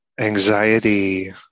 anxiety